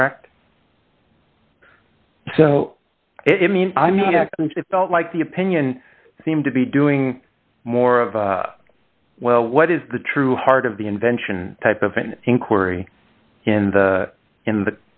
correct so it means i mean it felt like the opinion seemed to be doing more of well what is the true heart of the invention type of an inquiry in the in the